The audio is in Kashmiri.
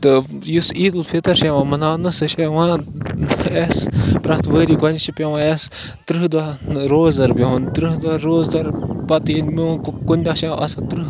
تہٕ یُس عیٖد الفطر چھِ یِوان مَناونہٕ سۄ چھِ اَسہِ پرٛٮ۪تھ ؤری گۄڈٕنٮ۪تھ چھِ پٮ۪وان اَسہِ تٕرٛہ دۄہ روزدَر بِہُن تٕرٛہَن دۄہَن روزدَر پَتہٕ کُنہِ دۄہ چھِ آسان تٕرٛہ